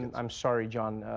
and i'm sorry, jon.